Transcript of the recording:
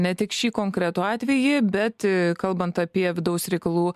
ne tik šį konkretų atvejį bet kalbant apie vidaus reikalų